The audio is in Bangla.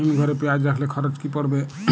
হিম ঘরে পেঁয়াজ রাখলে খরচ কি পড়বে?